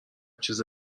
چیز